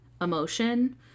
emotion